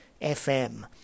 F-M